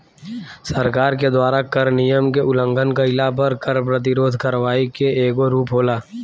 सरकार के द्वारा कर नियम के उलंघन कईला पर कर प्रतिरोध करवाई के एगो रूप होला